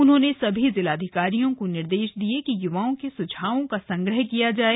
उन्होंने सभी जिलाधिकारियों को निर्देश दिये कि य्वाओं के स्झावों का संग्रह किया जाय